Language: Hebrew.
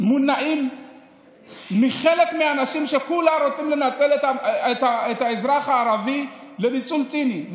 מונָעים מחלק מהאנשים שכולה רוצים לנצל את האזרח הערבי ניצול ציני,